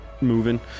moving